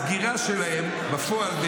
הסגירה שלהם בפועל,